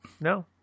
No